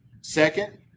Second